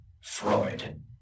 Freud